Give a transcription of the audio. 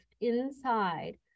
inside